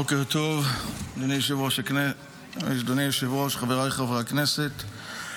בוקר טוב, אדוני היושב-ראש, חבריי חברי הכנסת.